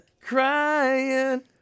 Crying